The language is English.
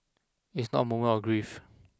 it's not a moment of grief